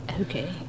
Okay